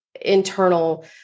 internal